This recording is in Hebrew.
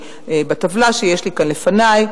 שבטבלה שיש לי כאן לפני,